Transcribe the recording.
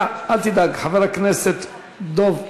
אל תדאג, חבר הכנסת דב חנין.